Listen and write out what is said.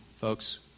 folks